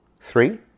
Three